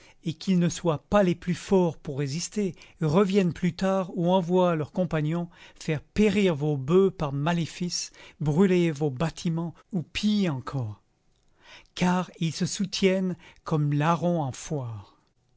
et qu'ils ne soient pas les plus forts pour résister reviennent plus tard ou envoient leurs compagnons faire périr vos boeufs par maléfice brûler vos bâtiments ou pis encore car ils se soutiennent comme larrons en foire